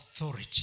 authority